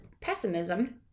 pessimism